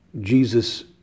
Jesus